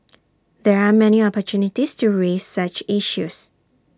there are many opportunities to raise such issues